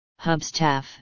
Hubstaff